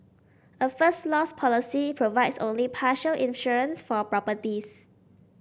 a First Loss policy provides only partial insurance for properties